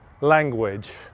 language